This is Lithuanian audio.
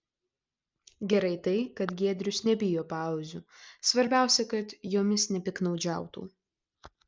gerai tai kad giedrius nebijo pauzių svarbiausia kad jomis nepiktnaudžiautų